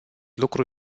lucru